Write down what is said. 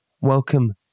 welcome